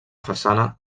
façana